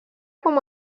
com